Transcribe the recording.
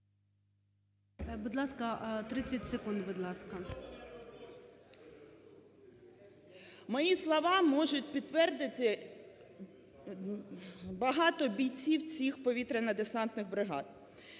Мої слова можуть підтвердити багато бійців цих повітряно-десантних бригад.